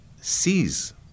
sees